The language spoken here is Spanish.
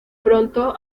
pronto